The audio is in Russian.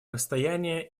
расстояние